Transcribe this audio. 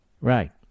right